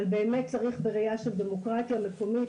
אבל באמת צריך בראייה של דמוקרטיה מקומית